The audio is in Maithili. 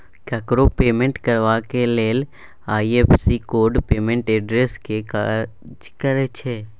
ककरो पेमेंट करबाक लेल आइ.एफ.एस.सी कोड पेमेंट एड्रेस केर काज करय छै